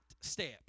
step